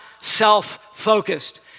self-focused